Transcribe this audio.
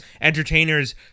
entertainers